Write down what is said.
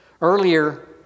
Earlier